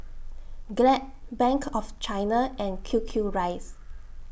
Glad Bank of China and Q Q Rice